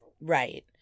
Right